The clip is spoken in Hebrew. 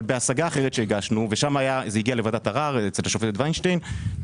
אבל בהשגה אחרת שהגשנו שהגיעה לוועדת ערר אצל השופטת ויינשטיין,